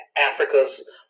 Africa's